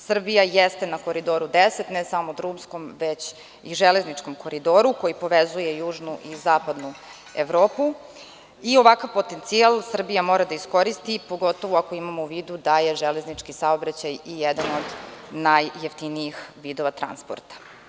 Srbija jeste na Koridoru 10, ne samo drumskom već i železničkom koridoru koji povezuje južnu i zapadnu Evropu, i ovakav potencijal Srbija mora da iskoristi, pogotovu ako imamo u vidu da je železnički saobraćaj i jedan od najjeftinijih vidova transporta.